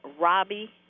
Robbie